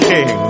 King